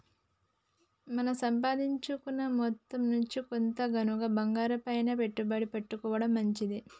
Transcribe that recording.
మన సంపాదించుకున్న మొత్తం నుంచి కొంత గనక బంగారంపైన పెట్టుబడి పెట్టుకోడం మంచిది